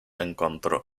encontró